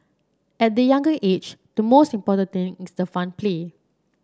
at the younger age the most important thing is the fun play